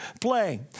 play